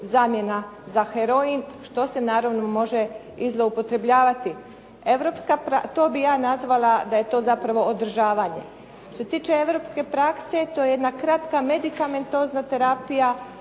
zamjena za heroin, što se naravno može i zloupotrebljavati. To bi ja nazvala da je to zapravo održavanje. Što se tiče europske prakse, to je jedna kratka medikamentozna terapija,